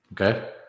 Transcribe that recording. okay